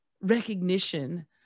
recognition